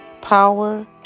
power